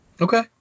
okay